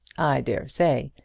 i dare say.